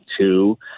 Two